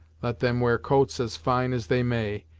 let them wear coats as fine as they may,